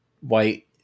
white